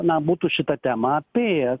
na būtų šitą temą apėjęs